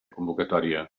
convocatòria